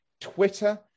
Twitter